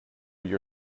your